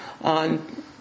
on